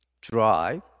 drive